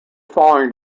following